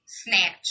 snatch